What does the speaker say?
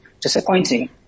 disappointing